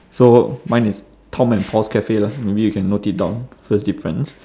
so mine is tom and paul's cafe lah maybe you can note it down first difference